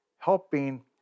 Helping